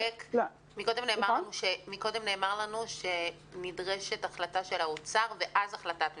קודם נאמר לנו שנדרשת החלטה של האוצר ואז החלטת ממשלה.